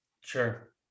Sure